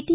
T